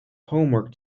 homework